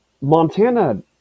Montana